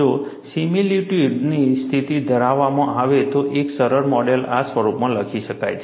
જો સિમિલિટ્યૂડની સ્થિતિ ધારવામાં આવે તો એક સરળ મોડેલ આ સ્વરૂપમાં લખી શકાય છે